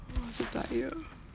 !wah! so tired